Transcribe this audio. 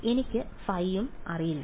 എനിക്ക് ഫൈസ് phis അറിയില്ല